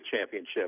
championship